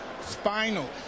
Spinal